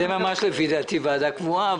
זה ממש ועדה קבועה.